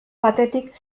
batetik